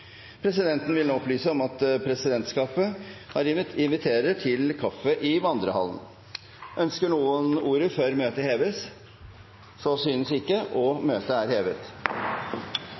Ønsker noen ordet før møtet heves? – Så synes ikke, og møtet er hevet.